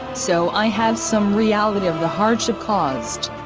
so i have some reality of the hardship caused.